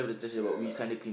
yeah